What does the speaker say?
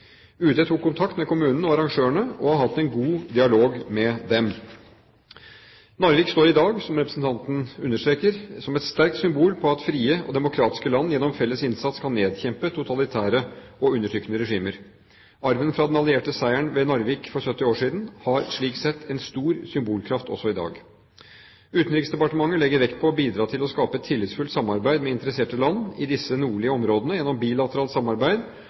tok kontakt med kommunen og arrangørene og har hatt en god dialog med dem. Narvik står i dag, som representanten understreker, som et sterkt symbol på at frie og demokratiske land gjennom felles innsats kan nedkjempe totalitære og undertrykkende regimer. Arven fra den allierte seieren ved Narvik for 70 år siden har slik sett en stor symbolkraft også i dag. Utenriksdepartementet legger vekt på å bidra til å skape et tillitsfullt samarbeid med interesserte land i disse nordlige områdene gjennom bilateralt samarbeid